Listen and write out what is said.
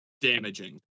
damaging